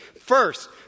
First